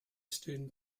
student